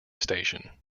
station